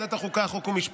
בשם ועדת החוקה, חוק ומשפט